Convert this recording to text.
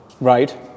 Right